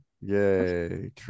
yay